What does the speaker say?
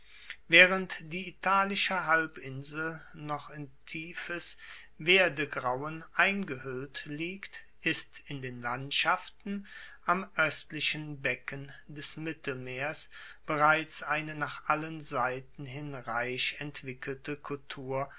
waehrend die italische halbinsel noch in tiefes werdegrauen eingehuellt liegt ist in den landschaften am oestlichen becken des mittelmeers bereits eine nach allen seiten hin reich entwickelte kultur